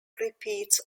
repeats